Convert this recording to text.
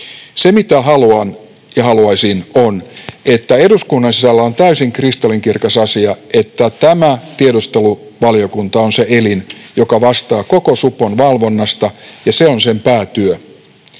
Se, mitä haluan ja haluaisin, on, että eduskunnan sisällä on täysin kristallinkirkas asia, että tämä tiedusteluvaliokunta on se elin, joka vastaa koko supon valvonnasta, ja se on sen päätyö.